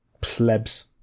plebs